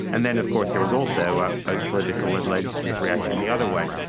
and then of course there was also both political and legislative reaction the other way.